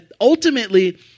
Ultimately